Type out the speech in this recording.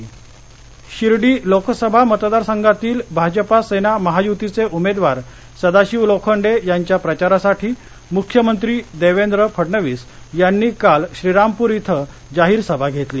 अहमदनगर शिर्डी लोकसभा मतदारसंघातील भाजपा सेना महायुतीचे उमेदवार सदाशिव लोखंडे यांच्या प्रचारासाठी मुख्यमंत्री देवेंद्र फडणवीस यांनी काल श्रीरामपूर इथं जाहीर सभा घेतली